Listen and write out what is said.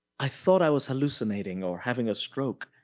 i thought i was hallucinating or having a stroke